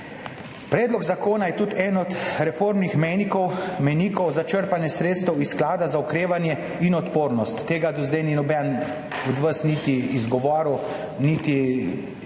Predlog zakona je tudi eden od reformnih mejnikov za črpanje sredstev iz Sklada za okrevanje in odpornost. Tega do zdaj noben od vas ni niti izgovoril,